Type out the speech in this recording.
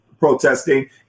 protesting